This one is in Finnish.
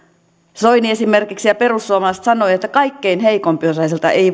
soini ja perussuomalaiset sanoivat että kaikkein heikompiosaisilta ei